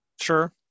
sure